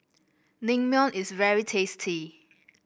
Naengmyeon is very tasty